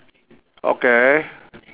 okay